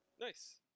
Nice